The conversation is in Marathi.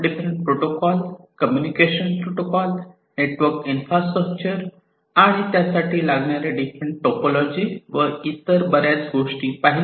आपण different protocol communication protocol network infrastructure आणि त्यासाठी लागणाऱ्या डिफरंट टोपोलॉजी व इतरही बऱ्याच गोष्टी पाहिल्या